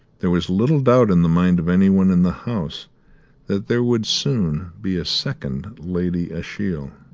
there was little doubt in the mind of anyone in the house that there would soon be a second lady ashiel.